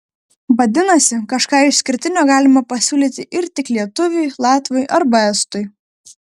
vadinasi kažką išskirtinio galima pasiūlyti ir tik lietuviui latviui arba estui